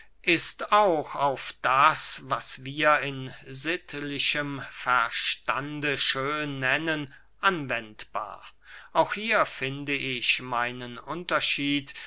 ist auch auf das was wir in sittlichem verstande schön nennen anwendbar auch hier finde ich meinen unterschied